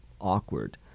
awkward